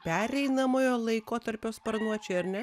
pereinamojo laikotarpio sparnuočiai ar ne